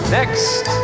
next